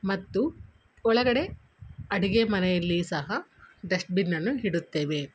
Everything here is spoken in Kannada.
ಮತ್ತು ಒಳಗಡೆ ಅಡುಗೆ ಮನೆಯಲ್ಲಿ ಸಹ ಡಸ್ಟ್ಬಿನ್ ಅನ್ನು ಇಡುತ್ತೇವೆ